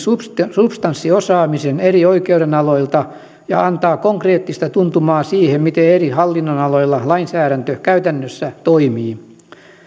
substanssiosaamisen eri oikeudenaloilta ja antaa konkreettista tuntumaa siihen miten eri hallinnonaloilla lainsäädäntö käytännössä toimii